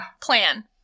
plan